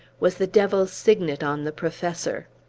was the devil's signet on the professor.